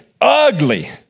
ugly